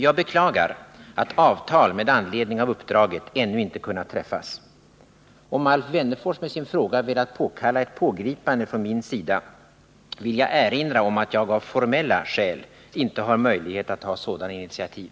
Jag beklagar att avtal med anledning av uppdraget ännu inte kunnat träffas. Om AIf Wennerfors med sin fråga velat påkalla ett ingripande från min sida, vill jag erinra om att jag av formella skäl inte har möjlighet att ta sådana initiativ.